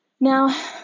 Now